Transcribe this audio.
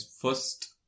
first